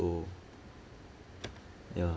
ya